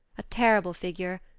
a terrible figure,